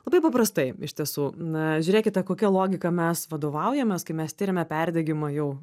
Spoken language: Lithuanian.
labai paprastai iš tiesų na žiūrėkite kokia logika mes vadovaujamės kai mes tiriame perdegimą jau